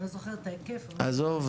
אני לא זוכרת את ההיקף --- עזוב,